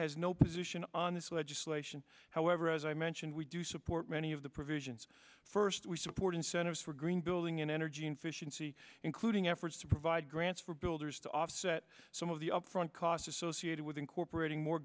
has no position on this legislation however as i mentioned we do support many of the provisions first we support incentives for green building in energy efficiency including efforts to provide grants for builders to offset some of the upfront costs associated with incorporating more